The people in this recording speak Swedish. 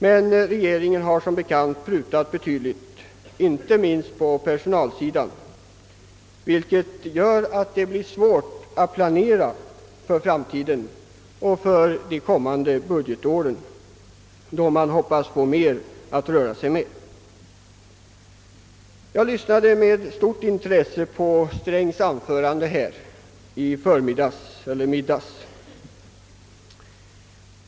Men regeringen har som bekant prutat betydligt, inte minst på personalsidan, vilket gör att det blir svårt att planera för framtiden och för det kommande budgetåret, då man hoppas få mer att röra sig med. Jag lyssnade med stort intresse till herr Strängs anförande här i förmiddags.